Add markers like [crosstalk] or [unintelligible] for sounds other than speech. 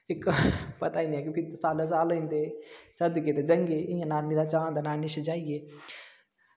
इक पता ई नेईं क्योंकि सालो साल होई जंदे [unintelligible] जाएंगे इं'या नानी दा चाऽ होंदा नानी कश जाएंगे